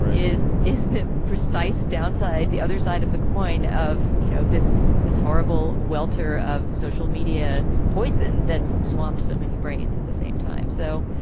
is is the precise downside. the other side of the coin of, you know, this this horrible welter of social media poison that's swamped so many brains at the same time so